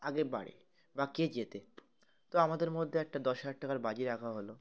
আগে বাড়ে বা কে যেতে তো আমাদের মধ্যে একটা দশ হাজার টাকার বাজি রাখা হলো